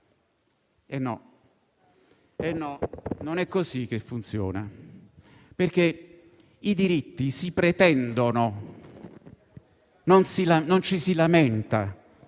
Eh no, non è così che funziona: i diritti si pretendono, non ci si lamenta;